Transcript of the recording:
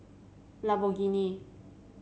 Lamborghini